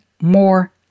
more